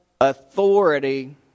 authority